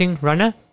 runner